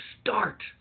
start